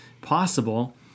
possible